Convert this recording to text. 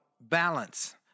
balance